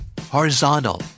Horizontal